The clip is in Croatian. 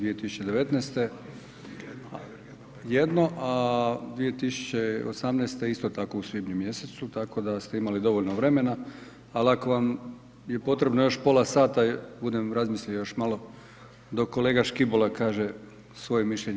2019. jedno, a 2018. isto tako u svibnju mjesecu, tako da te imali dovoljno vremena, ali ako vam je potrebno još pola sata budem razmislio još malo, dok kolega Škibola kaže svoje mišljenje.